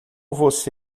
você